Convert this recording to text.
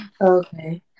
Okay